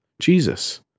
Jesus